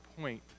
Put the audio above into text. point